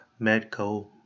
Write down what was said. Medco